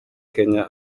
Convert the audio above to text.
kenya